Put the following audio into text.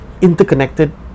interconnected